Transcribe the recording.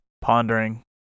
pondering